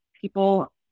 people